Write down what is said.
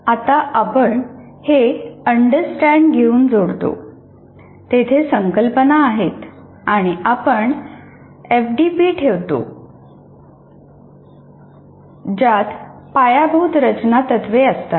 आपण आता हे अंडरस्टॅंड घेऊन जोडतो तेथे "संकल्पना" आहेत आणि आपण एफडीपी ठेवतो ज्यात पायाभूत रचना तत्त्वे असतात